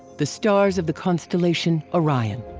the stars of the constellation orion.